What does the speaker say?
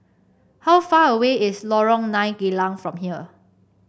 how far away is Lorong Nine Geylang from here